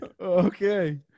okay